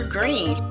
Green